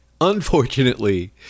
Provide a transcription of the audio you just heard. unfortunately